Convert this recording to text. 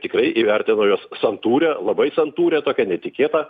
tikrai įvertino jos santūrią labai santūrią tokią netikėtą